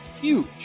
Huge